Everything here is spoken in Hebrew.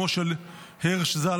אימו של הרש ז"ל,